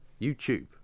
YouTube